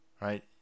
Right